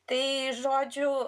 tai žodžiu